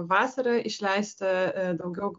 vasarą išleista daugiau